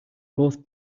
both